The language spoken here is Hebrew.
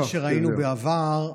מה שראינו בעבר,